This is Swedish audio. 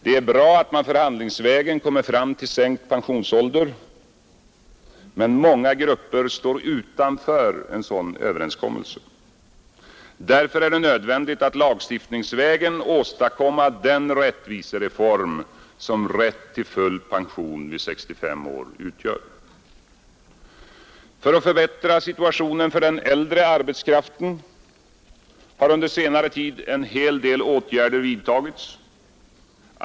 Det är bra att man förhandlingsvägen kommer fram till sänkt pensionsålder, men många grupper står utanför en sådan överenskommelse. Därför är det nödvändigt att lagstiftningsvägen åstadkomma den rättvisereform som rätt till full pension vid 65 år utgör. För att förbättra situationen för den äldre arbetskraften har under senare tid en hel del åtgärder vidtagits.